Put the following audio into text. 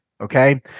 okay